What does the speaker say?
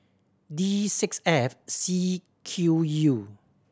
D six F C Q U